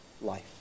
life